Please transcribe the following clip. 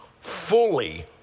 fully